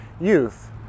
youth